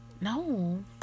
no